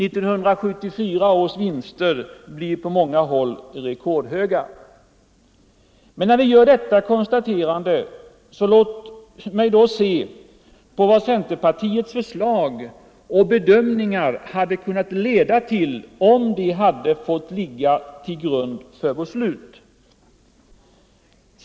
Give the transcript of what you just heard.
1974 års vinster blir på många håll rekordhöga. Men när vi gör detta konstaterande, låt oss då se vad centerns förslag och bedömningar hade kunnat leda till, om de hade fått ligga till grund för beslut.